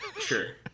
sure